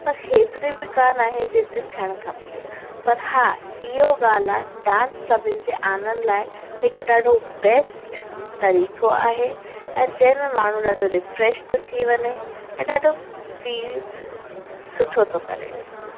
पर हेतिरी बि कान आहे जेतिरी थियणु खपजे पर हां इहो ॻाल्हि आहे डांस सभिनि जे आनंद लाइ हिकु ॾाढो बेस्ट तरीक़ो आहे ऐं जंहिं में माण्हू ॾाढो रिफ़्रेश थो थी वञे ऐं ॾाढो फ़ील सुठो थो करे